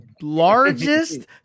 largest